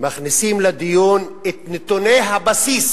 מכניסים לדיון את נתוני הבסיס